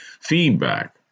Feedback